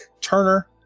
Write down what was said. Turner